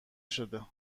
شده